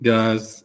Guys